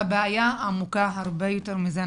הבעיה עמוקה הרבה יותר מזה.